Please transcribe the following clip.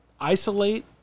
isolate